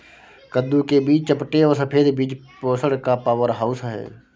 कद्दू के बीज चपटे और सफेद बीज पोषण का पावरहाउस हैं